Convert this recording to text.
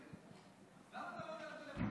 כבוד היושב-ראש,